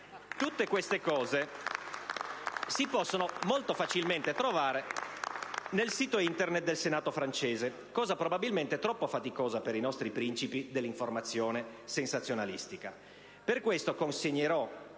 Tutte queste cose si possono molto facilmente trovare nel sito Internet del Senato francese, cosa probabilmente troppo faticosa per i nostri principi dell'informazione sensazionalistica.